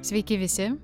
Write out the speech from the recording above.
sveiki visi